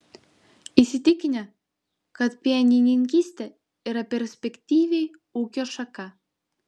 įsitikinę kad pienininkystė yra perspektyvi ūkio šaka